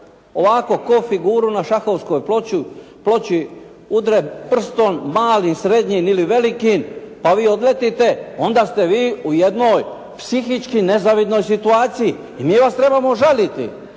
ovako kao figuru na šahovskoj ploči udre prstom, malim, srednjim ili velikim pa vi odletite onda ste vi u jednoj psihički nezavidnoj situaciji i mi vas trebamo žaliti.